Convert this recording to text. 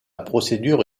procédure